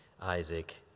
Isaac